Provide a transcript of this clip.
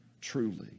truly